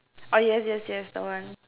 oh yes yes yes that one